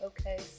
okay